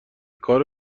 کار